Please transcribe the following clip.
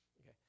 okay